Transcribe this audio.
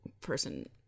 person